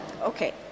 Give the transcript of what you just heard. Okay